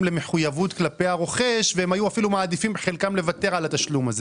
למחויבות כלפי הרוכש והם היו מעדיפים לוותר עליו,